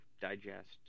digest